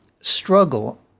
struggle